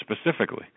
specifically